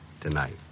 Tonight